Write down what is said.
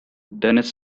dennis